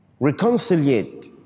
reconciliate